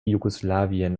jugoslawien